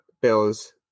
Bills